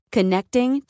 Connecting